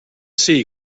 see